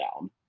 down